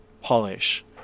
polish